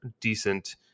decent